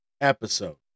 episode